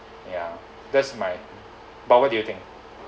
ya that's my but what do you think